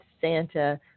Santa